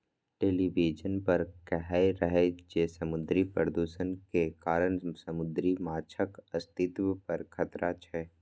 television पर कहै रहै जे समुद्री प्रदूषण के कारण समुद्री माछक अस्तित्व पर खतरा छै